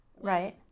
Right